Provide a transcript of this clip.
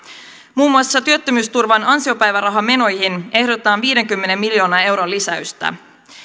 muun muassa työttömyysturvan ansiopäivärahamenoihin ehdotetaan viidenkymmenen miljoonan euron lisäystä